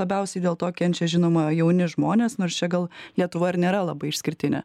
labiausiai dėl to kenčia žinoma jauni žmonės nors čia gal lietuva ir nėra labai išskirtinė